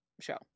show